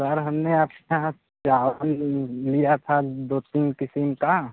sir हमने आपके यहाँ से लिया था दो तीन किस्म का